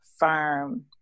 Firm